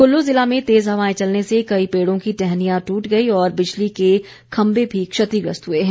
कुल्लू ज़िला में तेज़ हवाए चलने से कई पेड़ों की टहनियां टूट गई और बिजली के खम्बे भी क्षतिग्रस्त हुए हैं